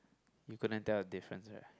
you couldn't tell a difference right